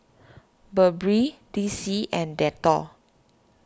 Burberry D C and Dettol